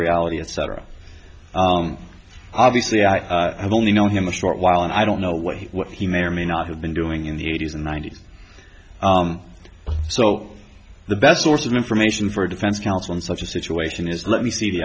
reality etc obviously i have only known him a short while and i don't know what he what he may or may not have been doing in the eighty's and ninety's so the best source of information for a defense counsel in such a situation is let me see the